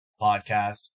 Podcast